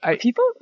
people